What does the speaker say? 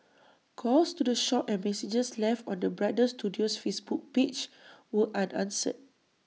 calls to the shop and messages left on the bridal studio's Facebook page were unanswered